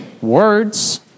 words